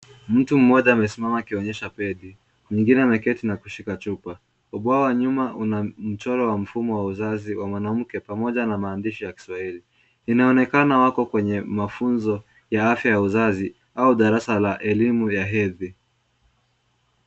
Mtu mmoja amesimama akionyesha pedi, mwingine ameketi na kushika chupa. Ubao wa nyuma una mchoro wa mfumo wa uzazi wa mwanamke pamoja na maandishi ya kiswahili. Inaonekana wako kwenye mafunzo ya afya ya uzazi au darasa la elimu ya hedhi.